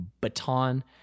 baton